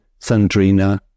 Sandrina